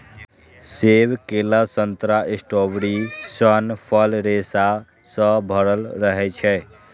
सेब, केला, संतरा, स्ट्रॉबेरी सन फल रेशा सं भरल रहै छै